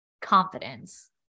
Confidence